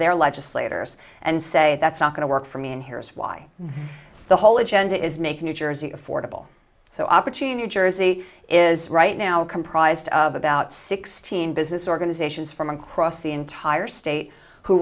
their legislators and say that's not going to work for me and here's why the whole agenda is make new jersey affordable so opportune your jersey is right now comprised of about sixteen business organizations from across the entire state who